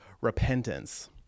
repentance